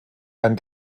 ein